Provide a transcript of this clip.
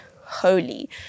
holy